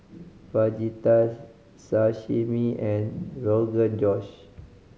Fajitas Sashimi and Rogan Josh